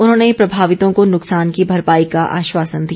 उन्होंने प्रभावितों को नुकसान की भरपाई का आश्वासन दिया